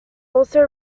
also